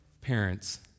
parents